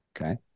Okay